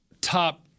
top –